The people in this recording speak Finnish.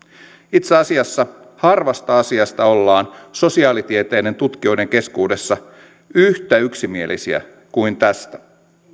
itse asiassa harvasta asiasta ollaan sosiaalitieteiden tutkijoiden keskuudessa yhtä yksimielisiä kuin tästä